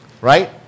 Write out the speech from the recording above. Right